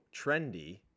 trendy